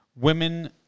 women